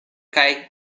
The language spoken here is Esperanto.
kaj